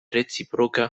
reciproka